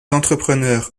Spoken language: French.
entrepreneurs